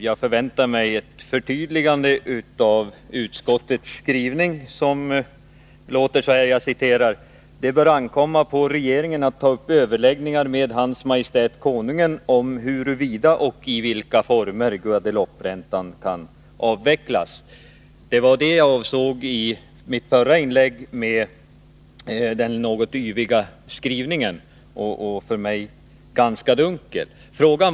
Jag förväntar mig ett förtydligande av utskottets skrivning: ”Det bör ankomma på regeringen att ta upp överläggningar med Hans Majestät Konungen om huruvida och i vilka former Guadelouperäntan kan avvecklas.” Det var detta jag avsåg i mitt förra inlägg när jag talade om den något yviga och för mig ganska dunkla skrivningen.